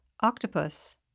Octopus